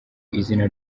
izina